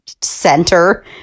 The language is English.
center